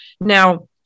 Now